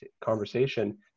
conversation